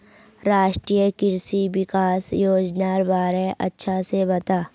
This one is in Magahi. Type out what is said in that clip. राष्ट्रीय कृषि विकास योजनार बारे अच्छा से बता